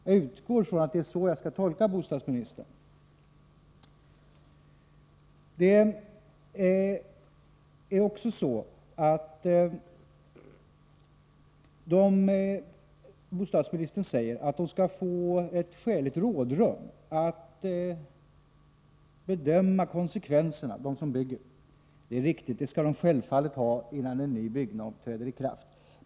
Jag förutsätter att det är så jag skall tolka bostadsministerns svar. Bostadsministern säger att de som bygger skall få skäligt rådrum för att bedöma konsekvenserna. Det är riktigt — det skall de självfallet ha, innan en ny bygglag träder i kraft.